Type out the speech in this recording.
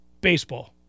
baseball